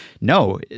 no